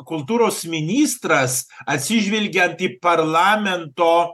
kultūros ministras atsižvelgiant į parlamento